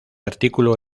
artículo